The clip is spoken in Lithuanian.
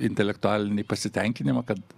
intelektualinį pasitenkinimą kad